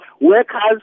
Workers